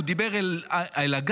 הוא דיבר על הגרי,